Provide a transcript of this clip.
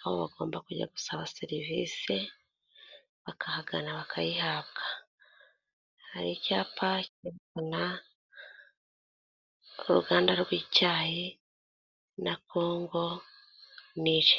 aho bagomba kujya gusaba serivise, bakahagana bakayihabwa, hari icyapa cyerekana uruganda rw'icyayi na kongo nile.